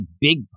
big